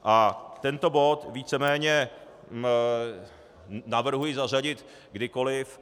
A tento bod víceméně navrhuji zařadit kdykoliv.